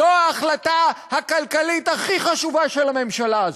זו ההחלטה הכלכלית הכי חשובה של הממשלה הזו,